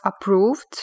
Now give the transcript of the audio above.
approved